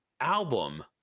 album